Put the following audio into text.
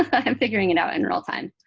ah i'm figuring it out in real time.